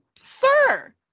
sir